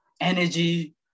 energy